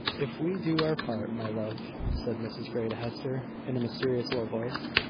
if we do our part, my love, said mrs grey to hester, in a mysterious low voice,